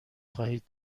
خواهید